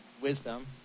wisdom